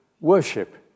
worship